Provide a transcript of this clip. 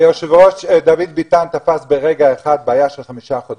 היושב-ראש דוד ביטן תפס ברגע אחד בעיה של חמישה חודשים.